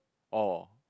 or